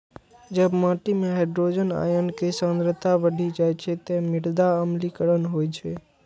जब माटि मे हाइड्रोजन आयन के सांद्रता बढ़ि जाइ छै, ते मृदा अम्लीकरण होइ छै